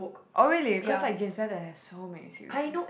oh really cause like James-Patterson have so many series